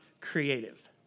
creative